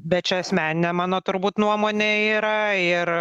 bet čia asmeninė mano turbūt nuomonė yra ir